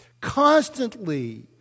Constantly